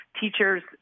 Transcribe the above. Teachers